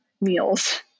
meals